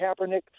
Kaepernick